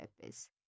purpose